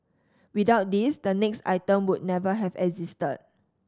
without this the next item would never have existed